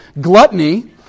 Gluttony